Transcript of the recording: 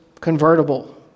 convertible